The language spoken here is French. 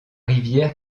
rivière